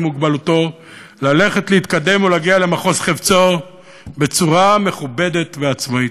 מוגבלותו ללכת להתקדם ולהגיע למחוז חפצו בצורה מכובדת ועצמאית.